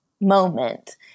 moment